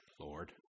Lord